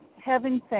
Heaven